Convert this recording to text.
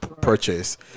purchase